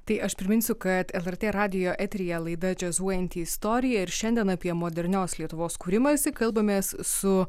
tai aš priminsiu kad lrt radijo eteryje laida džiazuojanti istorija ir šiandien apie modernios lietuvos kūrimąsi kalbamės su